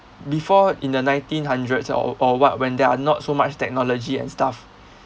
before in the nineteen hundreds or or or what when there are not so much technology and stuff